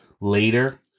later